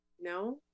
No